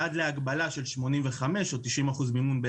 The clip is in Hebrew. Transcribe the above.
עד להגבלה של 85% או 90% מימון,